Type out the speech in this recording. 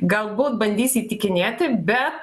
galbūt bandys įtikinėti bet